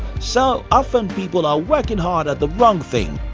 so often people are working hard at the wrong thing.